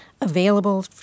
available